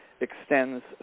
extends